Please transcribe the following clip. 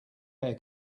air